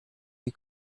you